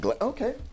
Okay